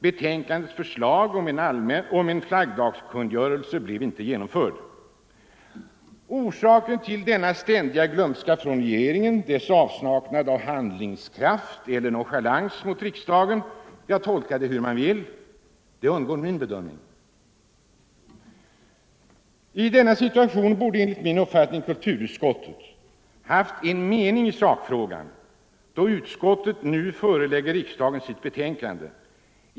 Betänkandets förslag om en flaggdagskungörelse blev inte genomfört. Orsaken till denna ständiga ”glömska” hos regeringen, dess avsaknad av handlingskraft eller dess nonchalans mot riksdagen — tolka det hur man vill —- undgår min bedömning. I denna situation borde enligt min uppfattning kulturutskottet ha haft en mening i sakfrågan då utskottet nu förelägger riksdagen sitt betänkande.